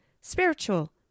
spiritual